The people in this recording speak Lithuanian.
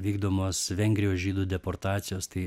vykdomos vengrijos žydų deportacijos tai